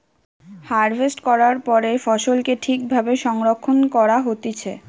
harvest করার পরে ফসলকে ঠিক ভাবে সংরক্ষণ করা হতিছে